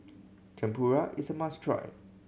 tempura is must try